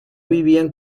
vivían